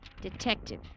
Detective